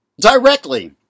directly